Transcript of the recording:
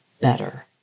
better